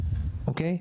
אוקיי?